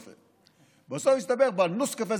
היושב-ראש,